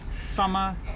Summer